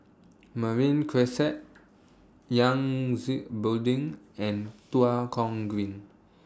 Marine Crescent Yangtze Building and Tua Kong Green